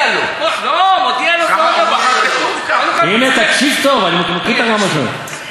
אז אתה מודיע לו, הנה, תקשיב טוב: אני מקריא: ג.